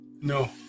No